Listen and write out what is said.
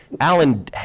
Alan